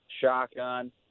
shotgun